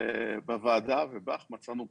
ובוועדה ובך מצאנו פרטנר,